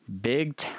Big